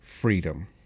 Freedom